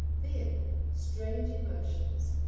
then strange emotions,